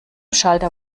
schalter